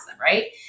right